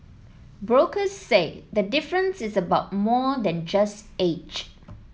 brokers say the difference is about more than just age